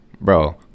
bro